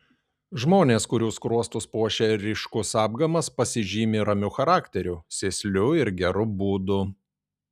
žmonės kurių skruostus puošia ryškus apgamas pasižymi ramiu charakteriu sėsliu ir geru būdu